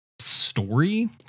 story